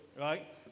right